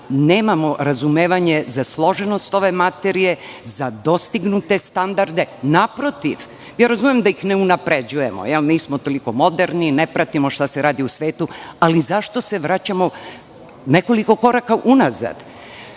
nemamo razumevanje za složenost ove materije, za dostignute standarde. Naprotiv, razumem da ih ne unapređujemo, nismo toliko moderni, ne pratimo šta se radi u svetu, ali zašto se vraćamo nekoliko koraka unazad?U